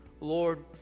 Lord